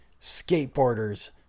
skateboarders